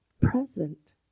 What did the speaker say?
present